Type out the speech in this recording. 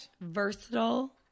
versatile